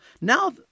Now